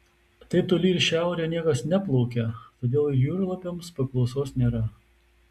taip toli į šiaurę niekas neplaukia todėl ir jūrlapiams paklausos nėra